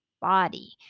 body